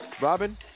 Robin